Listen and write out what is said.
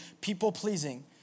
people-pleasing